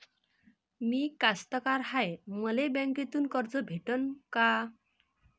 मी कास्तकार हाय, मले बँकेतून कर्ज भेटन का?